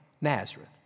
Nazareth